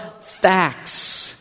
facts